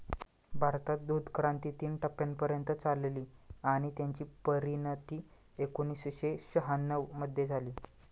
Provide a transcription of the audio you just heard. भारतात दूधक्रांती तीन टप्प्यांपर्यंत चालली आणि त्याची परिणती एकोणीसशे शहाण्णव मध्ये झाली